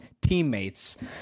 teammates